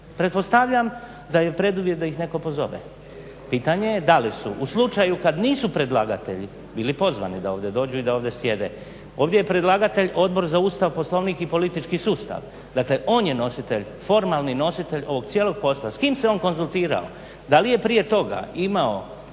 pretpostavljam da je preduvjet da ih netko pozove. Pitanje je da li su u slučaju kad nisu predlagatelji bili pozvani da ovdje dođu i da ovdje sjede. Ovdje je predlagatelj Odbor za Ustav, Poslovnik i politički sustav. Dakle, on je nositelj, formalni nositelj ovog cijelog posla. S kim se on konzultirao, da li je prije toga imao